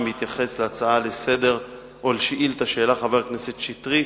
בהתייחס לשאילתא שהעלה חבר הכנסת שטרית,